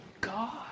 God